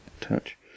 touch